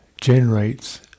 generates